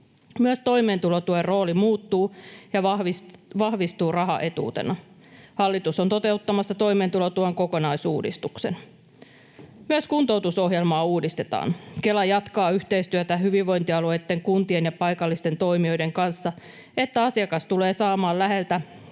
Myös toimeentulotuen rooli muuttuu ja vahvistuu rahaetuutena. Hallitus on toteuttamassa toimeentulotuen kokonaisuudistuksen. Myös kuntoutusohjelmaa uudistetaan. Kela jatkaa yhteistyötä hyvinvointialueitten, kuntien ja paikallisten toimijoiden kanssa, että asiakas tulee saamaan